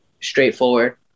straightforward